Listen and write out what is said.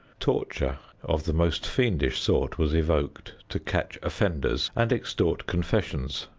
torture of the most fiendish sort was evoked to catch offenders and extort confessions.